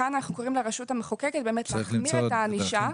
וכאן אנחנו קוראים לרשות המחוקקת באמת להחמיר את הענישה.